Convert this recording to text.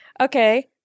Okay